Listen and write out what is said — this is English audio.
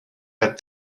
had